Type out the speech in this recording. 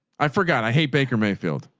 i forgot. i hate baker mayfield.